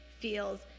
feels